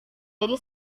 jadi